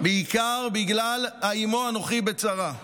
בעיקר בגלל "עמו אנכי בצרה".